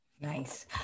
Nice